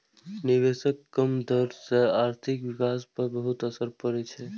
निवेशक कम दर सं आर्थिक विकास पर बहुत असर पड़ै छै